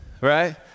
right